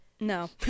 no